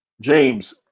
James